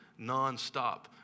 nonstop